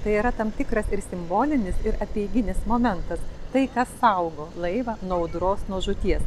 tai yra tam tikras simbolinis ir apeiginis momentas tai kas saugo laivą nuo audros nuo žūties